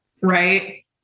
Right